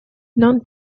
non